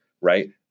right